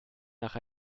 nach